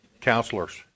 counselors